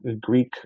Greek